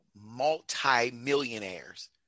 multi-millionaires